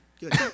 Good